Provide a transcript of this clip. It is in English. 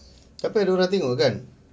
tapi ada orang tengok kan